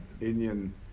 Indian